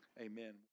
Amen